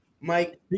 Mike